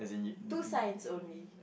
two signs only